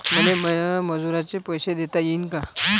मले माया मजुराचे पैसे देता येईन का?